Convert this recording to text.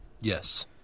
yes